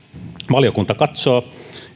valiokunta katsoo